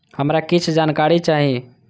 हमरा कीछ जानकारी चाही